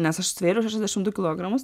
nes aš svėriau šešiasdešim du kilogramus